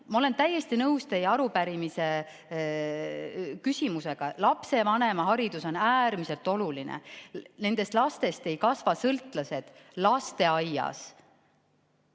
Ma olen täiesti nõus teie arupärimise küsimusega – lapsevanema haridus on äärmiselt oluline. Nendest lastest ei kasva sõltlased lasteaias.